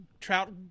Trout